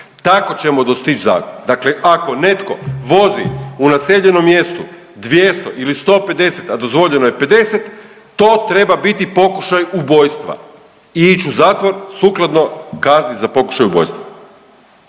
se ne razumije./… dakle ako netko vozi u naseljenom mjestu 200 ili 150, a dozvoljeno je 50 to treba biti pokušaj ubojstva i ići u zatvor sukladno kazni za pokušaj ubojstva.